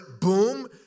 boom